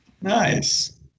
nice